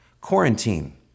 quarantine